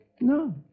no